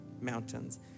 mountains